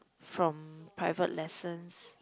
from private lessons